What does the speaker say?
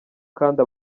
kandi